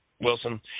Wilson